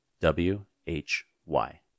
W-H-Y